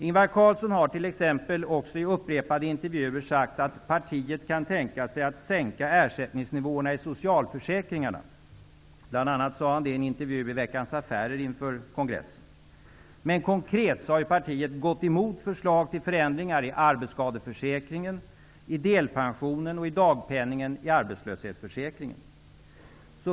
Ingvar Carlsson har t.ex. också i upprepade intervjuer sagt att partiet kan tänka sig att sänka ersättningsnivåerna i socialförsäkringarna. Bl.a. sade han det i en intervju i Veckans Affärer inför kongressen. Men konkret har partiet gått emot förslag till förändringar i arbetsskadeförsäkringen, i delpensionen och i dagpenningen i arbetslöshetsförsäkringen.